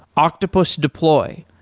octopus deploy,